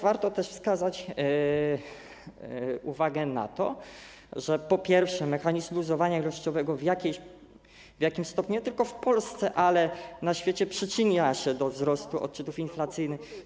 Warto też zwrócić uwagę na to, że po pierwsze, mechanizm luzowania ilościowego w jakimś stopniu, nie tylko w Polsce, ale też na świecie, przyczynia się do wzrostu odczytów inflacyjnych.